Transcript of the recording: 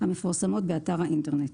המפורסמות באתר האינטרנט".